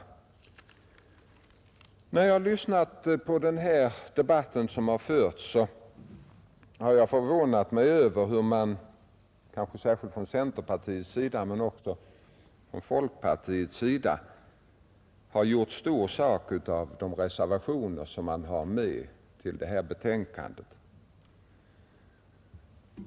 När jag lyssnat till denna debatt har jag förvånat mig över hur man — kanske särskilt från centerpartiets men också från folkpartiets sida — gjort stor sak av de reservationer som man fogat till detta betänkande.